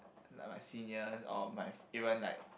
like my seniors or my even like